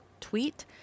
tweet